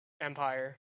empire